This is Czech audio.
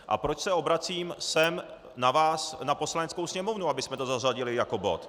A proč se obracím sem na vás, na Poslaneckou sněmovnu, abychom to zařadili jako bod?